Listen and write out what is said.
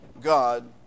God